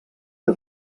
que